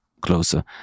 closer